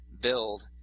build